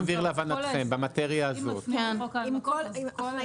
להבנתכם במטריה הזאת, מה הזמן הסביר?